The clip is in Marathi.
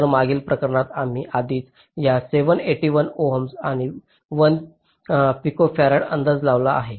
तर मागील प्रकरणात आम्ही आधीच या 781 ओहम्स आणि 1 पिकोफराडचा अंदाज लावला आहे